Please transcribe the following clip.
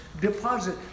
deposit